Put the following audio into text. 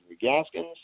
gaskins